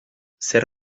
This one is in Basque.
zer